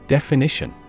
Definition